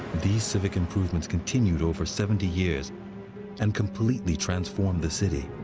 these civic improvements continued over seventy years and completely transformed the city.